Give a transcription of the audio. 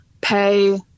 pay